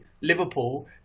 Liverpool